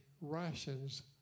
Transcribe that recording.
rations